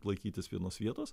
laikytis vienos vietos